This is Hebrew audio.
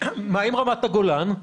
מה עם רמת הגולן?